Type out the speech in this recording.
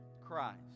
Christ